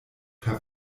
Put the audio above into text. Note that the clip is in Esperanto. per